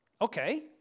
Okay